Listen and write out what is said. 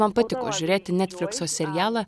man patiko žiūrėti netflikso serialą